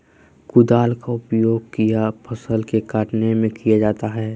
कुदाल का उपयोग किया फसल को कटने में किया जाता हैं?